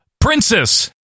princess